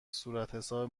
صورتحساب